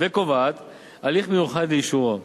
וקובעת הליך מיוחד לאישורו.